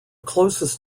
closest